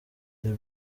the